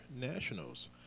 Nationals